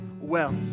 wells